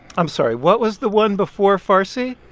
i'm sorry. what was the one before farsi?